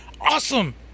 awesome